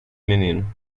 menino